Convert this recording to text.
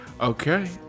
Okay